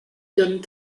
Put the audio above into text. donnent